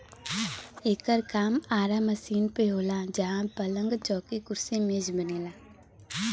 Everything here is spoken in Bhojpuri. एकर काम आरा मशीन पे होला जहां पलंग, चौकी, कुर्सी मेज बनला